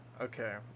Okay